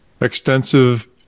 extensive